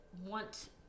want